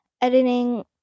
editing